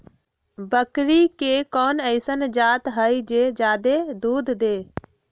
बकरी के कोन अइसन जात हई जे जादे दूध दे?